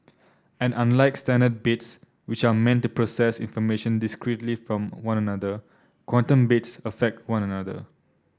and unlike standard bits which are meant to process information discretely from one another quantum bits affect one another